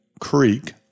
creek